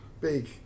big